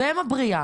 והם הבריאה,